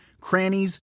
crannies